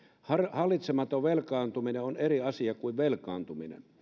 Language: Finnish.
hallitsematon velkaantuminen on eri asia kuin velkaantuminen